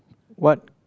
what